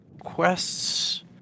quests